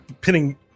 pinning